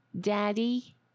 Daddy